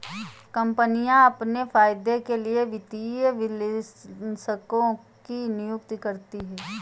कम्पनियाँ अपने फायदे के लिए वित्तीय विश्लेषकों की नियुक्ति करती हैं